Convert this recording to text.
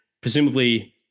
Presumably